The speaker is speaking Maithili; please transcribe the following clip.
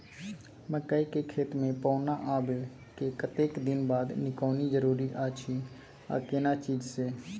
मकई के खेत मे पौना आबय के कतेक दिन बाद निकौनी जरूरी अछि आ केना चीज से?